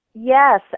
Yes